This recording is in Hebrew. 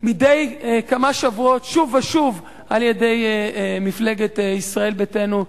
מדי כמה שבועות שוב ושוב על-ידי מפלגת ישראל ביתנו.